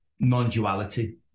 non-duality